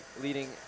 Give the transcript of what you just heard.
leading